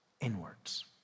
inwards